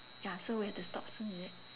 ya so we have to stop soon is it